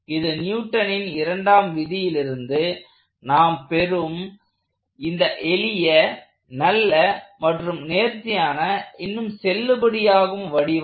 இது நியூட்டனின் இரண்டாவது விதியிலிருந்து நாம் பெறும் இந்த எளிய நல்ல மற்றும் நேர்த்தியான இன்னும் செல்லுபடியாகும் வடிவம்